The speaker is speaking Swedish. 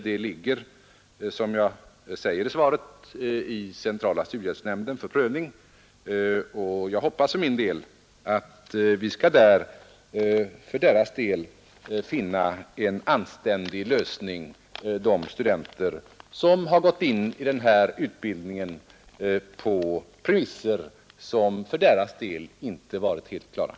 Det ligger, som jag sade i svaret, i centrala studiehjälpsnämnden för prövning. Jag hoppas att vi skall finna en anständig lösning för de studenter som har gått in i den här utbildningen på premisser som för deras del inte klargjorts ordentligt.